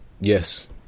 Yes